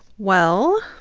well,